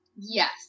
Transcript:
Yes